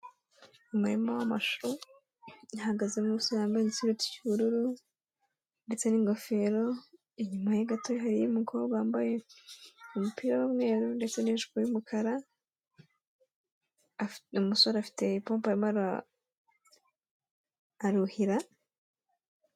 Umurima w'amashu uyahagazemo yambaye igisurubeti cy'ubururu ndetse n'ingofero. Inyuma gato hari umukobwa wambaye umupira w'umweru ndetse n'ijipo y'umukara. Umusore afite ipopo arimo aruhira.